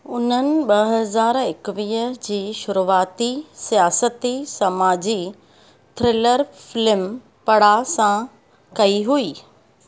उन्हनि ॿ हज़ार एकवीह जी शुरूआती सियासती समाजी थ्रिलर फ़िल्म पड़ा सां कई हुई